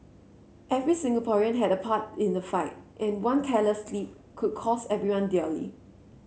every Singaporean had a part in the fight and one careless slip could cost everyone dearly